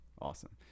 awesome